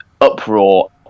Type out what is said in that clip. uproar